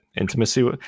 intimacy